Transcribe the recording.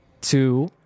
two